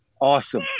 Awesome